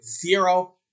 zero